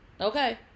Okay